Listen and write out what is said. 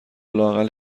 لااقل